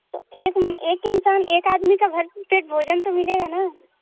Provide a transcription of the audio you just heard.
तो एक एक इंसान एक आदमी का भरपेट भोजन तो मिलेगा ना